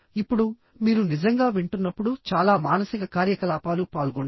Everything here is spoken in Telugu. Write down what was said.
ఇప్పుడు మీరు నిజంగా వింటున్నప్పుడు చాలా మానసిక కార్యకలాపాలు పాల్గొంటాయి